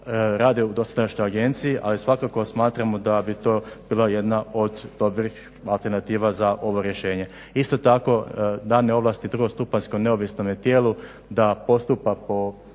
rade u dosadašnjoj Agenciji, ali svakako smatramo da bi to bila jedna od dobrih alternativa za ovo rješenje. Isto tako dane ovlasti drugostupanjskom neovisnom tijelu da postupa po